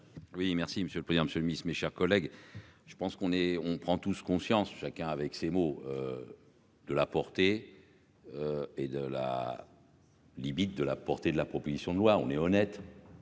Oui, merci Monsieur. Le président, Monsieur le Ministre, mes chers collègues, je pense qu'on est, on prend tous conscience, chacun avec ses mots. De la portée. Et de là. Limite de la portée de la proposition de loi, on est honnête.